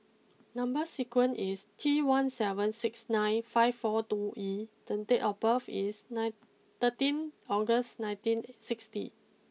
number sequence is T one seven six nine five four two E then date of birth is nine thirteen August nineteen sixty